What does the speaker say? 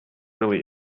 really